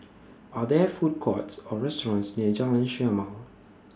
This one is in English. Are There Food Courts Or restaurants near Jalan Chermai